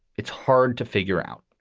it's hard to figure out.